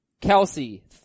Kelsey